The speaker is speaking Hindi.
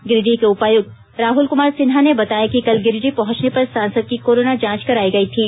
गिरिडीह के उपायुक्त राहुल कुमार सिन्हा ने बताया कि कल गिरिडीह पहुंचने पर सांसद की कोरोना जांच कराई गई थी